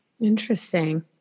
Interesting